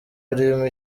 urimo